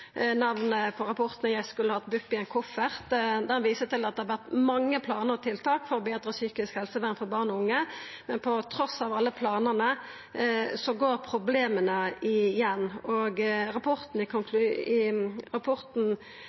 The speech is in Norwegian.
Namnet på rapporten, Jeg skulle hatt BUP i en koffert, viser til at det har vore mange planar og tiltak for å betra psykisk helsevern for barn og unge, men trass i alle planane går problema igjen. Rapporten har følgjande konklusjon: Dagens psykiske helsevern er